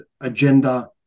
agenda